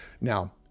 Now